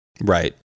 Right